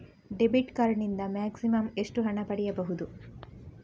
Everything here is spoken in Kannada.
ಡೆಬಿಟ್ ಕಾರ್ಡ್ ನಿಂದ ಮ್ಯಾಕ್ಸಿಮಮ್ ಎಷ್ಟು ಹಣ ಪಡೆಯಬಹುದು?